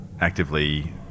actively